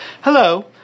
Hello